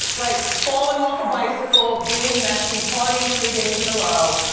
like, falling off a bicycle, being messy, partying three days in a row,